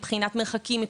מבחינת מרחקים,